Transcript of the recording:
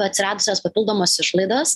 atsiradusios papildomos išlaidos